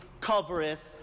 covereth